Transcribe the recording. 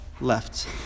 left